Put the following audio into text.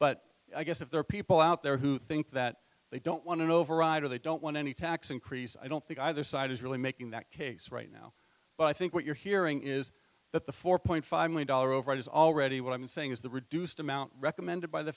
but i guess if there are people out there who think that they don't want to override or they don't want any tax increase i don't think either side is really making that case right now but i think what you're hearing is that the four point five million dollars over it is already what i'm saying is the reduced amount recommended by the